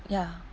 ya